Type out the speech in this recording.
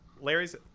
Larry's